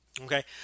Okay